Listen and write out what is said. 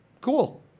cool